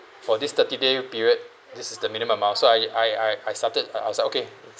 for this thirty day period this is the minimum amount so I I I I started I I said okay